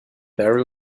barrel